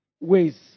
ways